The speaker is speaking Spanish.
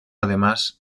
además